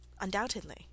Undoubtedly